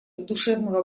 душевного